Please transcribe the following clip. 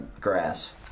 grass